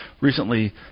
recently